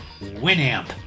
Winamp